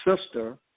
sister